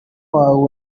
wawe